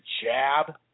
jab